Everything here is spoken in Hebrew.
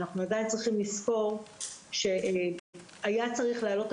אנחנו עדיין צריכים לזכור שהיה צריך להעלות את